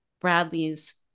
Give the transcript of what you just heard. Bradley's